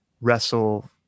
wrestle